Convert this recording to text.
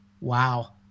wow